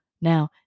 Now